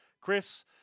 Chris